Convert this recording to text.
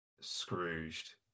Scrooged